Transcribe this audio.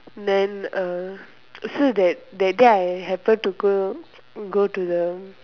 then uh so that that day I happen to go go to the